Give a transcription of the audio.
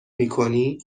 میکنی